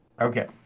Okay